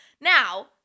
Now